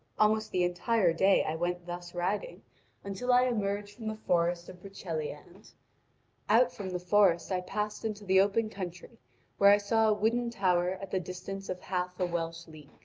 almost the entire day i went thus riding until i emerged from the forest of broceliande. out from the forest i passed into the open country where i saw a wooden tower at the distance of half a welsh league